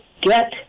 get